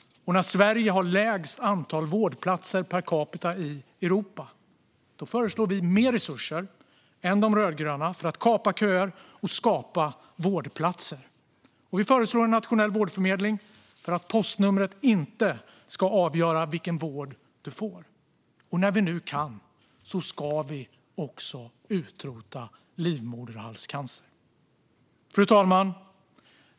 När Sverige har lägst antal vårdplatser per capita i Europa föreslår vi mer resurser än de rödgröna för att kapa köer och skapa vårdplatser. Vi föreslår en nationell vårdförmedling för att postnumret inte ska avgöra vilken vård du får. När vi nu kan ska vi också utrota livmoderhalscancer. Fru talman!